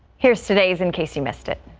here's today's in case you missed it.